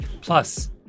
Plus